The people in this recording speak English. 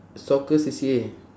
soccer C_C_A